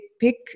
pick